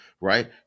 right